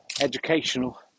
educational